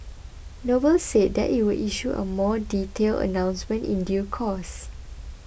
noble said that it will issue a more detailed announcement in due course